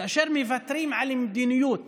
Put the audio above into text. כאשר מוותרים על מדיניות